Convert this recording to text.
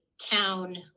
town